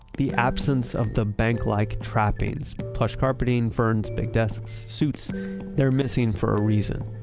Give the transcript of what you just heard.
the absence of the bank-like trappings plush carpeting, ferns, big desks, suits they're missing for a reason.